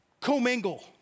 commingle